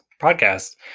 podcast